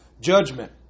judgment